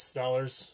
dollars